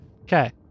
Okay